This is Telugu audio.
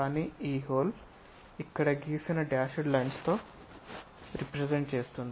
కానీ ఈ హోల్ ఇక్కడ గీసిన డాష్డ్ లైన్స్ తో రెప్రెసెంట్ చేస్తుంది